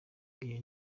iyo